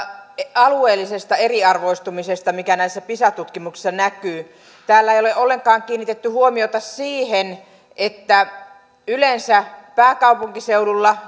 alueellisesta eriarvoistumisesta mikä näissä pisa tutkimuksissa näkyy täällä ei ole ollenkaan kiinnitetty huomiota siihen että yleensä pääkaupunkiseudulla